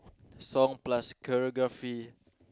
song plus choreography